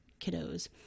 kiddos